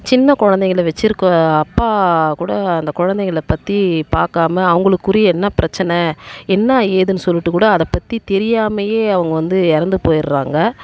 சின்ன குழந்தைகளை வெச்சிருக்க அப்பா கூட அந்த குழந்தைகளை பற்றி பார்க்காம அவங்களுக்குரிய என்ன பிரச்சனை என்ன ஏதுன்னு சொல்லிவிட்டு கூட அதை பற்றி தெரியாமலேயே அவங்க வந்து இறந்து போயிடுறாங்க